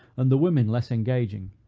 and the women less engaging.